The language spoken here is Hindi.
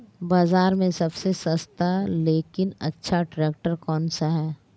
बाज़ार में सबसे सस्ता लेकिन अच्छा ट्रैक्टर कौनसा है?